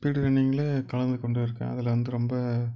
speed ரன்னிங்கில் கலந்துக்கொண்டுருக்கேன் அதில் வந்து ரொம்ப